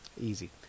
Easy